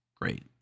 great